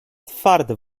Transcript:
twarde